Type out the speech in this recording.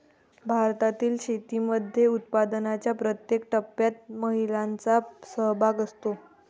भारतातील शेतीमध्ये उत्पादनाच्या प्रत्येक टप्प्यात महिलांचा सहभाग असतो